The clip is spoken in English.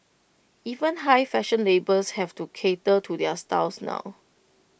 even high fashion labels have to cater to their styles now